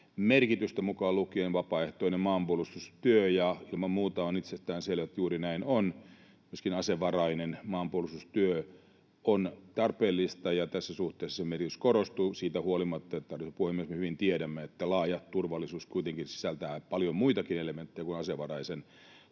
merkitystä, mukaan lukien vapaaehtoinen maanpuolustustyö, ja ilman muuta on itsestään selvää, että juuri näin on. Myöskin asevarainen maanpuolustustyö on tarpeellista, ja tässä suhteessa sen merkitys korostuu, siitä huolimatta että, arvoisa puhemies, me hyvin tiedämme, että laaja turvallisuus kuitenkin sisältää paljon muitakin elementtejä kuin asevaraisen